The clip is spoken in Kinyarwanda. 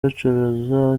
bacuruza